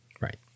right